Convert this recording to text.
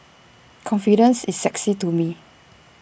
confidence is sexy to me